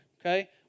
okay